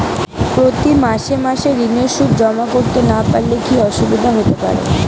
প্রতি মাসে মাসে ঋণের সুদ জমা করতে না পারলে কি অসুবিধা হতে পারে?